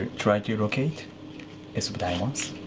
try to locate ace of diamonds.